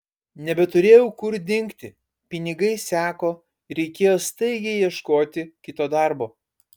nebeturėjau kur dingti pinigai seko reikėjo staigiai ieškoti kito darbo